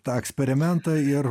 tą eksperimentą ir